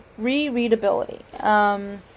Rereadability